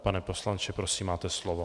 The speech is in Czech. Pane poslanče, prosím, máte slovo.